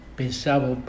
pensavo